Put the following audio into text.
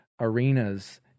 arenas